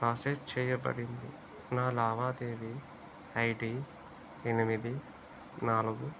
process చెయ్యబడింది నా లావాదేవీ ఐడి ఎనిమిది నాలుగు